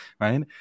right